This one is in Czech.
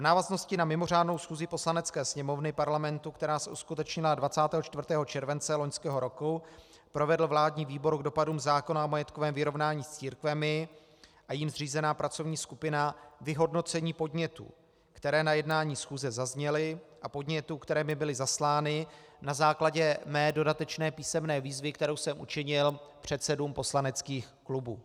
V návaznosti na mimořádnou schůzi Poslanecké sněmovny Parlamentu, která se uskutečnila 24. července loňského roku, provedl vládní výbor k dopadům zákona o majetkovém vyrovnání s církvemi a jím zřízená pracovní skupina vyhodnocení podnětů, které na jednání schůze zazněly, a podnětů, které mi byly zaslány na základě mé dodatečné písemné výzvy, kterou jsem učinil předsedům poslaneckých klubů.